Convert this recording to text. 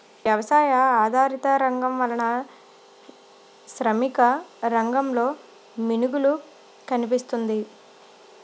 వ్యవసాయ ఆధారిత రంగం వలన శ్రామిక రంగంలో మిగులు కనిపిస్తుంది